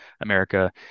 america